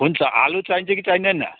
हुन्छ आलु चाहिन्छ कि चाहिँदैन